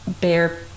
bear